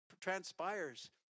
transpires